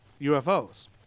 UFOs